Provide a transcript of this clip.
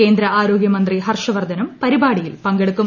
കേന്ദ്ര ആരോഗ്യമന്ത്രി ഹർഷ്വർദ്ധനും പരിപാടിയിൽ പങ്കെടുക്കും